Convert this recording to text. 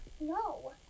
No